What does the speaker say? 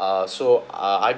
uh so uh I